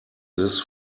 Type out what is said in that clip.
this